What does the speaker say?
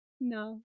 No